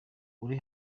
uri